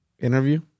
interview